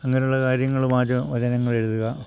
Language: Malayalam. അങ്ങനെയുള്ള കാര്യങ്ങൾ വാചാ വചനങ്ങൾ എഴുതുക